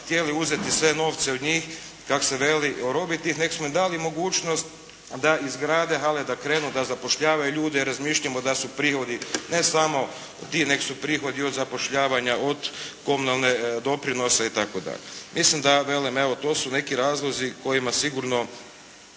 htjeli uzeti sve novce od njih, kako se veli orobiti ih, nego smo im dali mogućnosti da izgrade hale, da krenu, da zapošljavaju ljude i razmišljamo da su prihodi ne samo ti, nego su prihodi od zapošljavanja, od komunalnih doprinosa itd. Mislim da, velim, evo to su neki razlozi kojima sigurno